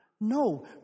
No